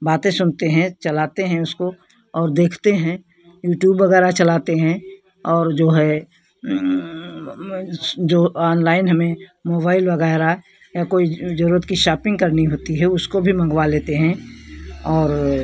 बातें सुनते हैं चलाते हैं उसको और देखते हैं यूटूब वगैरह चलाते हैं और जो है जो ऑनलाइन हमें मोबाइल वगैरह या कोई जरूरत की शापिंग करनी होती है उसको भी मँगवा लेते हैं और